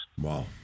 Wow